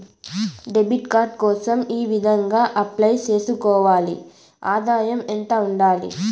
Debit card కోసం ఏ విధంగా అప్లై సేసుకోవాలి? ఆదాయం ఎంత ఉండాలి?